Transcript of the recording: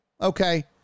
Okay